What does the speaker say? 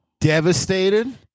devastated